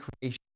creation